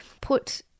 put